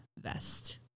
vest